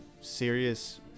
serious